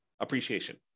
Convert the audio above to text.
appreciation